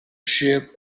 ship